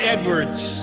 Edwards